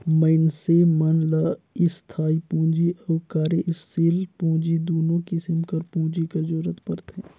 मइनसे मन ल इस्थाई पूंजी अउ कारयसील पूंजी दुनो किसिम कर पूंजी कर जरूरत परथे